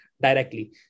directly